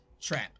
trap